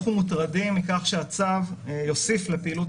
אנחנו מוטרדים מכך שהצו יוסיף לפעילות